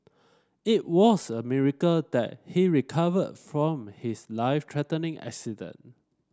it was a miracle that he recovered from his life threatening accident